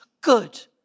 good